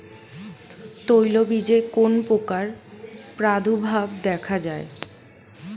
তৈলবীজে কোন পোকার প্রাদুর্ভাব দেখা যায়?